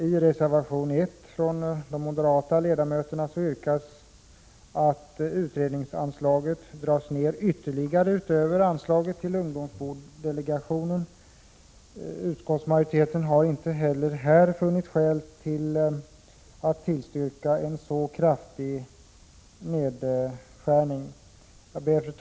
I reservation 1 från de moderata ledamöterna yrkas att anslaget minskas ytterligare, förutom att man vill ta bort anslaget till ungdomsboendedelegationen. Utskottsmajoriteten har inte heller här funnit skäl att tillstyrka en så kraftig nedskärning. Fru talman!